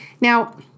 Now